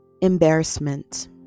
Embarrassment